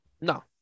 No